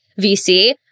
VC